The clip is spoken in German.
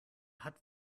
hat